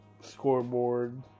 scoreboard